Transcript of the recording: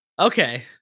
okay